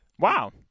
Wow